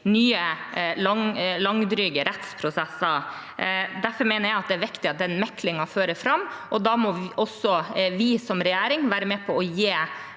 nye, langdryge rettsprosesser. Derfor mener jeg at det er viktig at meklingen fører fram, og da må også vi som regjering være med på å